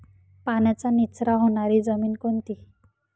पाण्याचा निचरा होणारी जमीन कोणती?